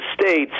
States